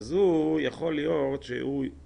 אז הוא... יכול להיות שהוא...